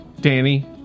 Danny